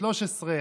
13,